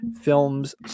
films